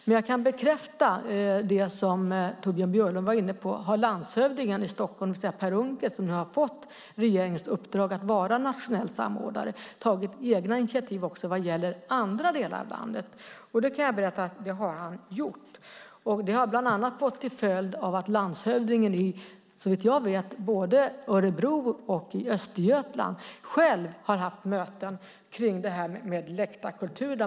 Men jag kan bekräfta det som Torbjörn Björlund var inne på, om landshövdingen i Stockholm, det vill säga Per Unckel, som nu har fått regeringens uppdrag att vara nationell samordnare, har tagit egna initiativ också vad gäller andra delar av landet. Då kan jag berätta att det har han gjort. Det har bland annat fått till följd att landshövdingarna, såvitt jag vet, i både Örebro och Östergötland själva har haft möten om läktarkultur.